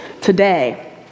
today